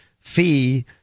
fee